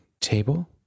table